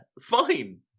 fine